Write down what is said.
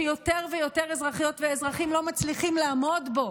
שיותר ויותר אזרחיות ואזרחים לא מצלחים לעמוד בו